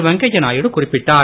வெங்கய்ய நாயுடு குறிப்பிட்டார்